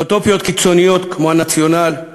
אוטופיות קיצוניות כמו הנציונל,